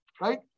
right